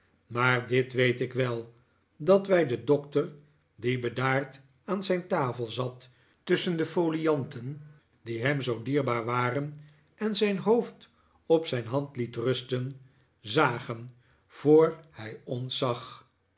maar dit weet ik wel dat wij den doctor die bedaard aan zijn tafel zat tusschen de folianten die hem zoo dierbaar waren en zijn hoofd op zijn hand het rusten zagen voor hij ons zag